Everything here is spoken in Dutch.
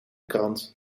krant